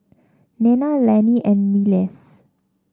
Nena Lanny and Myles